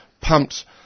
pumped